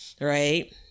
Right